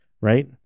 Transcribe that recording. right